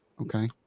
Okay